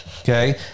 Okay